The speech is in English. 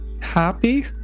happy